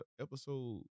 episode